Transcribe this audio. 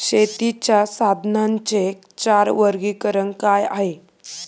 शेतीच्या साधनांचे चार वर्गीकरण काय आहे?